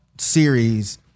series